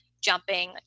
jumping